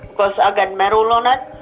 because i've got metal on it.